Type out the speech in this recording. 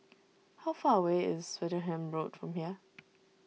how far away is Swettenham Road from here